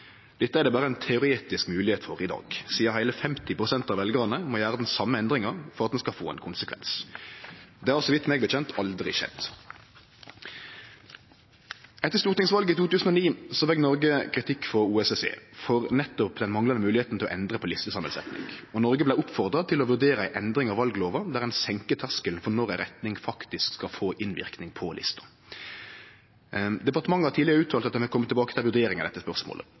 Dette er berre teoretisk mogleg i dag, sidan heile 50 pst. av veljarane må gjere den same endringa for at det skal få ein konsekvens. Det har så vidt eg veit, aldri skjedd. Etter stortingsvalet i 2009 fekk Noreg kritikk frå OSSE for nettopp det manglande høvet til å endre på listesamansetninga, og Noreg vart oppfordra til å vurdere ei endring av vallova der ein senkar terskelen for når ei retting faktisk skal få innverknad på lista. Departementet har tidlegare uttalt at ein vil kome tilbake til ei vurdering av dette spørsmålet.